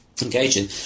engaging